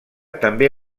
també